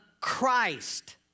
Christ